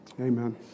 Amen